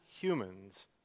humans